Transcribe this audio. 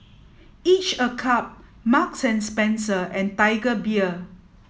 each a cup Marks and Spencer and Tiger Beer